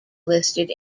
listed